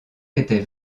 était